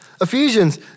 Ephesians